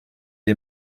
est